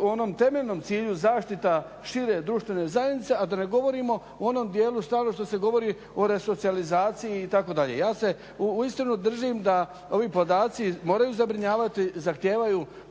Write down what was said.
u onom temeljnom cilju zaštita šire društvene zajednice, a da ne govorimo o onom dijelu stalno što se govori o resocijalizaciji itd. Ja se uistinu držim da ovi podaci moraju zabrinjavati, zahtijevaju